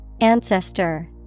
Ancestor